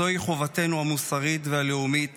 זוהי חובתנו המוסרית והלאומית